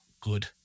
good